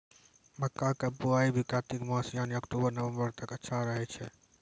मक्का के बुआई भी कातिक मास यानी अक्टूबर नवंबर तक अच्छा रहय छै